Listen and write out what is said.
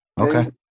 Okay